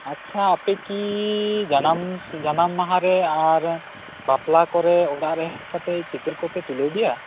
ᱟᱪᱪᱷᱟ ᱟᱯᱮᱠᱤ ᱡᱟᱱᱟᱢᱥ ᱡᱟᱱᱟᱢ ᱢᱟᱦᱟ ᱨᱮ ᱟᱨ ᱵᱟᱯᱞᱟ ᱠᱚᱨᱮ ᱚᱲᱟᱜ ᱨᱮ ᱦᱮᱡ ᱠᱟᱛᱮ ᱪᱤᱛᱟ ᱨ ᱠᱚᱯᱮ ᱛᱩᱞᱟ ᱣ ᱜᱮᱭᱟ